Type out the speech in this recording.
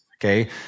okay